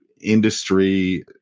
industry